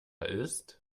ist